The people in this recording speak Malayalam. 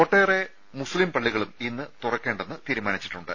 ഒട്ടേറെ മുസ്ലിം പള്ളികളും ഇന്ന് തുറക്കേണ്ടെന്ന് തീരുമാനിച്ചിട്ടുണ്ട്